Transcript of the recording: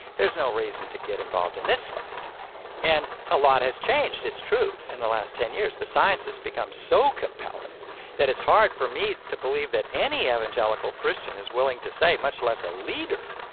there's no reason to get involved in this fight and a lot has changed, it's true, in the last ten years. the science has become so compelling that it's hard for me to believe that any evangelical christian is willing to say, much less a leader,